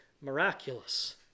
miraculous